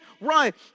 Right